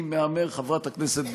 מזילה דמעות,